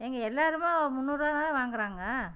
ஏங்க எல்லோருமே முன்னூறுரூபா தானே வாங்குகிறாங்க